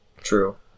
True